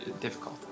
difficult